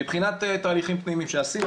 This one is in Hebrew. מבחינת תהליכים פנימיים שעשיתי,